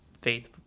faith